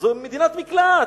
זו מדינת מקלט.